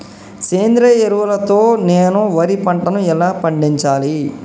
సేంద్రీయ ఎరువుల తో నేను వరి పంటను ఎలా పండించాలి?